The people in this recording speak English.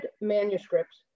manuscripts